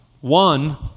One